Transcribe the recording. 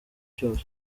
cyose